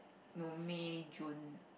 no May June